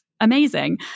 amazing